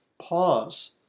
pause